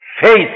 Faith